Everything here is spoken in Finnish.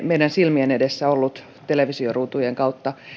meidän silmiemme edessä ollut televisioruutujen kautta